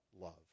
love